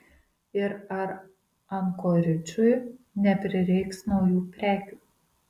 ir ar ankoridžui neprireiks naujų prekių